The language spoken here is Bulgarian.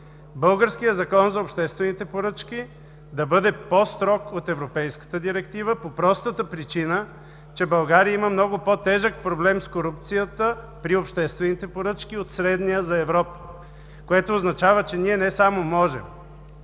българският Закон за обществените поръчки да бъде по-строг от европейската директива по простата причина, че България има много по-тежък проблем с корупцията при обществените поръчки от средния за Европа, което означава, че ние не само можем